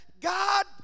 God